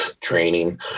training